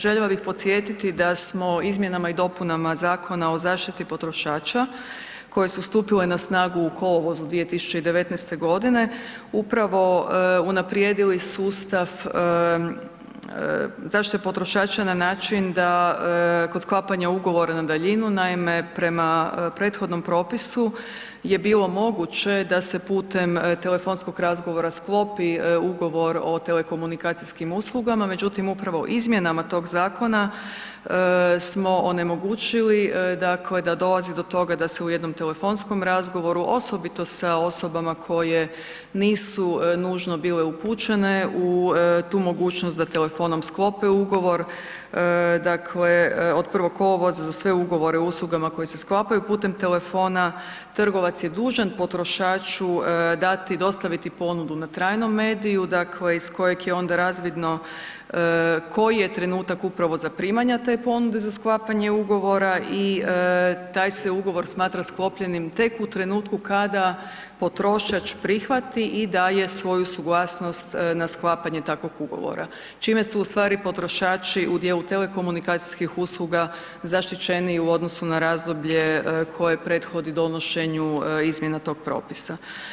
Željela bih podsjetiti da smo izmjenama i dopunama Zakona o zaštiti potrošača koje su stupile na snagu u kolovozu 2019. g. upravo unaprijedili sustav zaštite potrošača na način da kod sklapanja ugovora na daljinu, naime, prema prethodnom propisu je bilo moguće da se putem telefonskog razgovora sklopi ugovor o telekomunikacijskim uslugama, međutim upravo izmjenama tog Zakona smo onemogućili dakle da dolazi do toga da se u jednom telefonskom razgovoru, osobito sa osobama koje nisu nužno bile upućene u tu mogućnost da telefonom sklope ugovor, dakle, od 1. kolovoza za sve ugovore o uslugama koje se sklapaju putem telefona, trgovac je dužan potrošaču dati, dostaviti ponudu na trajnom mediju, dakle iz kojeg je onda razvidno koji je trenutak upravo zaprimanja te ponude za sklapanje ugovora i taj se ugovor smatra sklopljenim tek u trenutku kada potrošač prihvati i daje svoju suglasnost na sklapanje takvog ugovora, čime su ustvari potrošači u dijelu telekomunikacijskih usluga zaštićeniji u odnosu na razdoblje koje prethodi donošenju izmjena tog propisa.